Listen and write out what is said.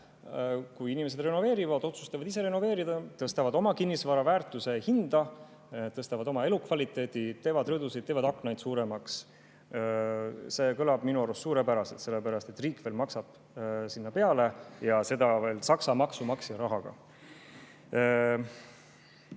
Kui inimesed renoveerivad, otsustavad ise renoveerida, tõstavad oma kinnisvara väärtust, hinda, tõstavad oma elukvaliteeti, teevad rõdusid, teevad aknaid suuremaks, siis see kõlab minu arust suurepäraselt, sellepärast et riik maksab veel peale, seda veel Saksa maksumaksja rahaga. Te